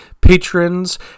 patrons